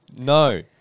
No